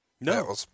No